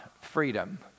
freedom